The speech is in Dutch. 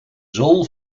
zool